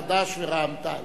חד"ש ורע"ם-תע"ל.